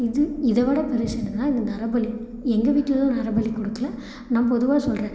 இது இதை விட பெருசு என்னென்னா இந்த நரபலி எங்கள் வீட்டுலலாம் நரபலி கொடுக்கல நான் பொதுவாக சொல்கிறேன்